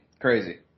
crazy